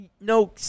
no